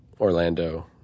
Orlando